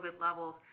levels